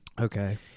okay